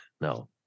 No